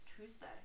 Tuesday